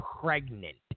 pregnant